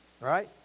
right